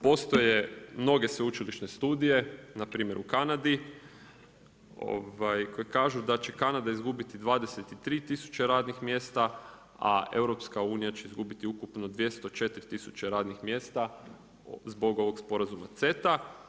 Postoje mnoge sveučilišne studije na primjer u Kanadi koje kažu da će Kanada izgubiti 23000 radnih mjesta, a EU će izgubiti ukupno 204000 radnih mjesta zbog ovoga sporazuma CETA.